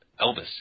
Elvis